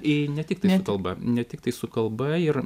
ne tiktai su kalba ne tiktai su kalba ir